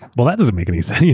well, that doesn't make any sense.